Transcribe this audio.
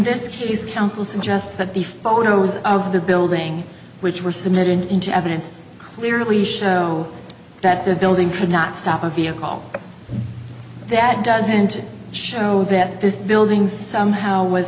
this case counsel suggests that the photos of the building which were submitted into evidence clearly show that the building could not stop a vehicle that doesn't show that this building somehow was